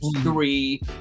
three